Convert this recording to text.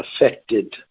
affected